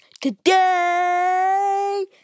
today